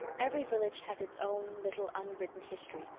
every village has its own little unwritten history,